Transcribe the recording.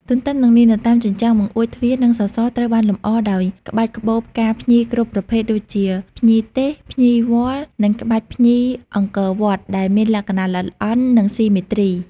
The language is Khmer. ទទ្ទឹមនឹងនេះ នៅតាមជញ្ជាំង បង្អួច ទ្វារ និងសសរត្រូវបានលម្អដោយក្បាច់ក្បូរផ្កាភ្ញីគ្រប់ប្រភេទដូចជាភ្ញីទេស ភ្ញីវល្លិ និងក្បាច់ភ្ញីអង្គរវត្ត ដែលមានលក្ខណៈល្អិតល្អន់ និងស៊ីមេទ្រី។